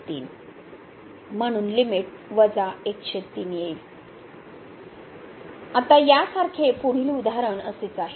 तर म्हणून लिमिट येईल आता या सारखे पुढील उदाहरण असेच आहे